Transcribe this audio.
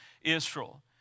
Israel